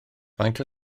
faint